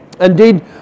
Indeed